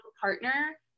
partner